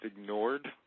ignored